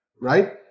right